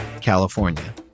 California